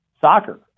soccer